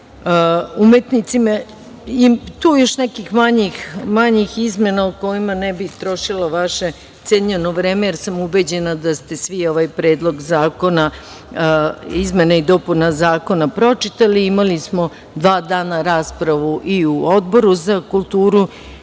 Ima tu još nekih manjih izmena gde ne bih trošila vaše cenjeno vreme, jer sam ubeđena da ste svi predlog zakona izmene i dopune Zakona pročitali. Imali smo dva dana raspravu i u Odboru za kulturu